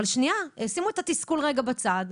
תשימו את התסכול בצד.